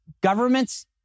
governments